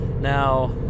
now